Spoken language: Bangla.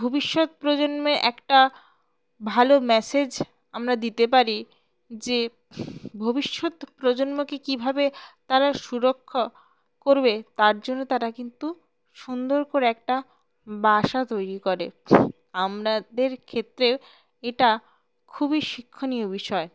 ভবিষ্যৎ প্রজন্মে একটা ভালো মেসেজ আমরা দিতে পারি যে ভবিষ্যৎ প্রজন্মকে কীভাবে তারা সুরক্ষা করবে তার জন্য তারা কিন্তু সুন্দর করে একটা বাসা তৈরি করে আমাদের ক্ষেত্রেও এটা খুবই শিক্ষণীয় বিষয়